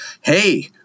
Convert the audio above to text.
hey